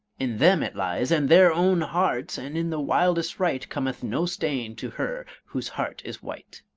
in them it lies, and their own hearts and in the wildest rite cometh no stain to her whose heart is white.